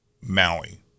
Maui